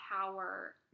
power